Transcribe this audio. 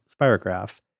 spirograph